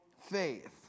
faith